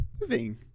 moving